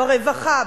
ברווחה,